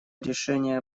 решение